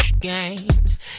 games